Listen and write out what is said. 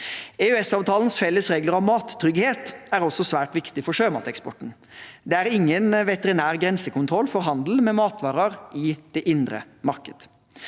EØS-avtalens felles regler for mattrygghet er også svært viktige for sjømateksporten. Det er ingen veterinær grensekontroll for handel med matvarer i det indre marked.